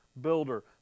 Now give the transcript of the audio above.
builder